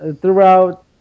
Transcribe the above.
throughout